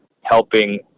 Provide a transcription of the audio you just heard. helping